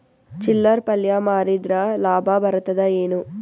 ಚಿಲ್ಲರ್ ಪಲ್ಯ ಮಾರಿದ್ರ ಲಾಭ ಬರತದ ಏನು?